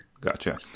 gotcha